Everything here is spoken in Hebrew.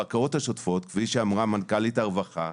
כפי שאמרה מנכ"לית משרד הרווחה,